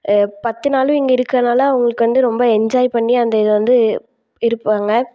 பத்து நாளும் இங்கே இருக்கிறனால அவங்களுக்கு வந்து ரொம்ப என்ஜாய் பண்ணி அந்த இதை வந்து இரு இருப்பாங்க